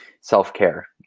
Self-care